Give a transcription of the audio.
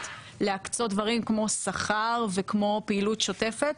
להקצות דברים כמו שכר וכמו פעילות שוטפת,